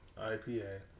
IPA